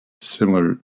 Similar